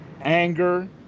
anger